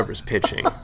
pitching